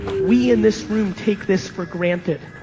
we in this room, take this for granted.